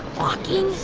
walking?